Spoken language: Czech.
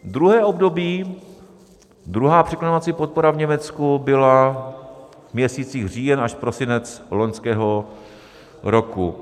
Druhé období, druhá překlenovací podpora v Německu byla v měsících říjen až prosinec loňského roku.